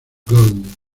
gold